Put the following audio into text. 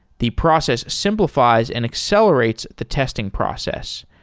the process simplifies and accelerates the testing process,